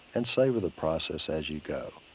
and savor the process as you go.